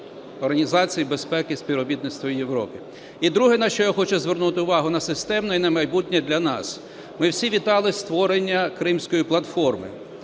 (Організації з безпеки і співробітництва в Європі). І друге, на що я хочу звернути увагу – на систему і на майбутнє для нас. Ми всі вітали створення Кримської платформи.